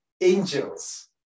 angels